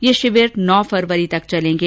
ये शिविर नौ फरवरी तक चलेंगे